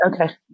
Okay